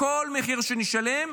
כל מחיר שנשלם,